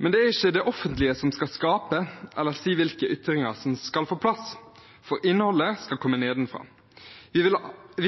Men det er ikke det offentlige som skal skape eller si hvilke ytringer som skal få plass, for innholdet skal komme nedenfra. Vi